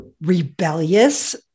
rebellious